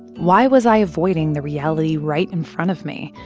why was i avoiding the reality right in front of me,